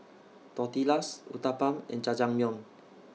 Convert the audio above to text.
Tortillas Uthapam and Jajangmyeon